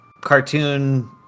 cartoon